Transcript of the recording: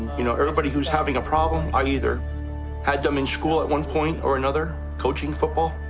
you know, everybody who's having a problem, i either had them in school at one point or another, coaching football,